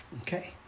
Okay